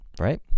right